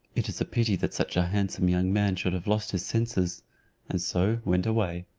it is a pity that such a handsome young man should have lost his senses and so went away.